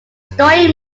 story